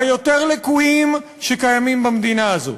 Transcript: היותר-לקויים שקיימים במדינה הזו.